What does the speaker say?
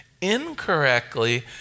incorrectly